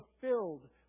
fulfilled